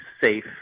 safe